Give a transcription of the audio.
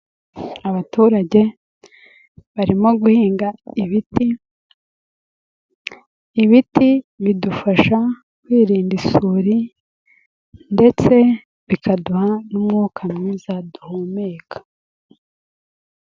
Abaturage barimo guhinga ibiti, ibiti bidufasha kwirinda isuri ndetse bikaduha n'umwuka mwiza duhumeka.